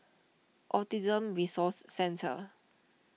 Autism Resource Centre